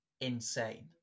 insane